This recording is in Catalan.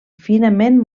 finament